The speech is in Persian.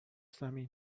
زمین